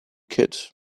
kid